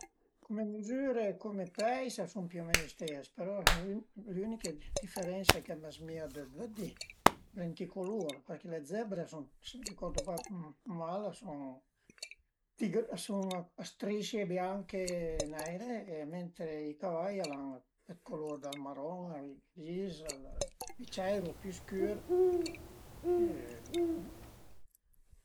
Cume mizüre e cume peis a sun più o meno istes, però le üniche diferense ch'a m'zmìa dë vëddi al e ënt i culur, përché le zebre a sun, së më ricordu pa mal, a sun tigr a sun a strisce bianche e neire, mentre i cavai al an dë culur dal maron al gris, pi cieir e pi scür e bon